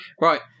Right